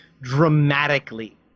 dramatically